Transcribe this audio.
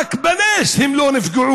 רק בנס הם לא נפגעו.